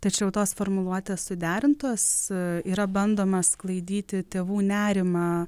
tačiau tos formuluotės suderintos yra bandoma sklaidyti tėvų nerimą